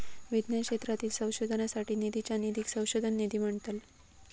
विज्ञान क्षेत्रातील संशोधनासाठी निधीच्या निधीक संशोधन निधी म्हणतत